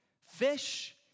fish